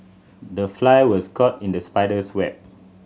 the fly was caught in the spider's web